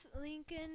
Lincoln